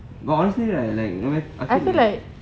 but honestly like like what I feel